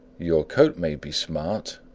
your coat may be smart,